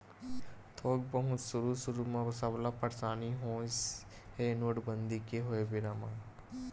थोक बहुत सुरु सुरु म सबला परसानी होइस हे नोटबंदी के होय बेरा म